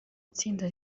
itsinda